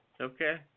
Okay